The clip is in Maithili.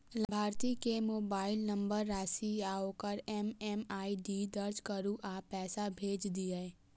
लाभार्थी के मोबाइल नंबर, राशि आ ओकर एम.एम.आई.डी दर्ज करू आ पैसा भेज दियौ